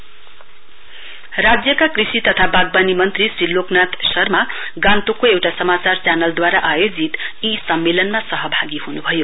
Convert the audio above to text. L N Sharma राज्यका कृषि तथा बागवानी मन्त्री श्री लोकनाथ शर्मा गान्तोकको एउटा समाचार च्यानलद्वारा आयोजित इ सम्मेलनमा सहभागी हुनुभयो